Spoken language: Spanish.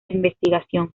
investigación